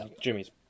Jimmy's